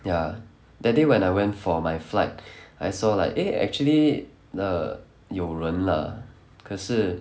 ya that day when I went for my flight I saw like eh actually the 有人 lah 可是